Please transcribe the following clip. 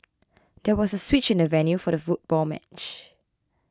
there was a switch in the venue for the football match